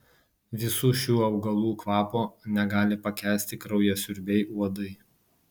visų šių augalų kvapo negali pakęsti kraujasiurbiai uodai